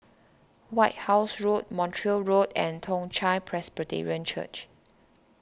White House Road Montreal Road and Toong Chai Presbyterian Church